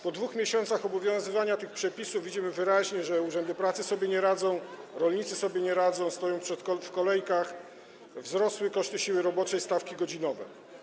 Po 2 miesiącach obowiązywania tych przepisów widzimy wyraźnie, że urzędy pracy sobie nie radzą, rolnicy sobie nie radzą, stoją w kolejkach, wzrosły koszty siły roboczej, stawki godzinowe.